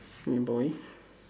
yeah boy